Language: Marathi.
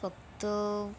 फक्त